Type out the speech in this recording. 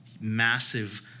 massive